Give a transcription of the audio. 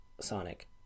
Sonic